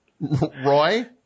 Roy